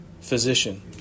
physician